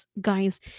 guys